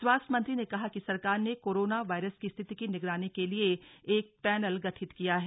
स्वास्थ्य मंत्री ने कहा कि सरकार ने कोरोना वायरस की रिथति की निगरानी के लिए एक पैनल गठित किया है